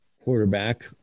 Quarterback